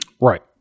right